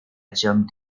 jumped